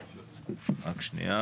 עוד הערה אחת.